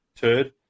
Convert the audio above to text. turd